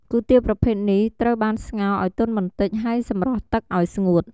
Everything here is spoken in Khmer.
គុយទាវប្រភេទនេះត្រូវបានស្ងោរឱ្យទន់បន្តិច ហើយសម្រស់ទឹកឱ្យស្ងួត។